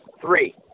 Three